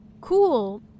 Cool